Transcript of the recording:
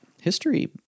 History